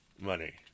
money